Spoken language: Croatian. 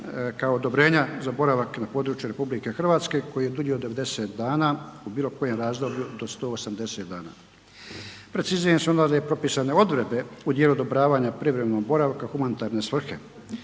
kao odobrenja za boravak na području RH koji je dulji od 90 dana u bilo kojem razdoblju do 180 dana. Precizirane su onda i propisane odredbe u dijelu odobravanja privremenog boravka u humanitarne svrhe,